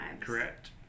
Correct